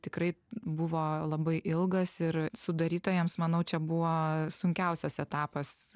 tikrai buvo labai ilgas ir sudarytojams manau čia buvo sunkiausias etapas